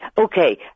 Okay